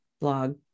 blog